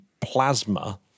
plasma